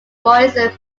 morris